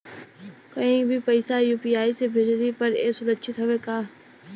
कहि भी पैसा यू.पी.आई से भेजली पर ए सुरक्षित हवे का?